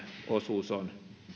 osuus on